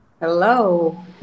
Hello